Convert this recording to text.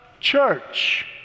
church